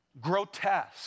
Grotesque